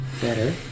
Better